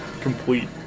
complete